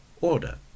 order